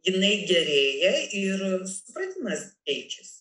jinai gerėja ir supratimas keičiasi